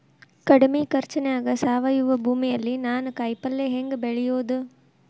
ಕಡಮಿ ಖರ್ಚನ್ಯಾಗ್ ಸಾವಯವ ಭೂಮಿಯಲ್ಲಿ ನಾನ್ ಕಾಯಿಪಲ್ಲೆ ಹೆಂಗ್ ಬೆಳಿಯೋದ್?